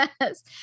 Yes